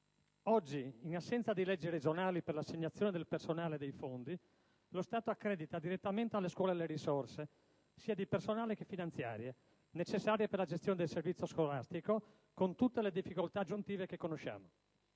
Oggi, in assenza di leggi regionali per l'assegnazione del personale e dei fondi, lo Stato accredita direttamente alle scuole le risorse, sia di personale che finanziarie, necessarie per la gestione del servizio scolastico, con tutte le difficoltà aggiuntive che conosciamo.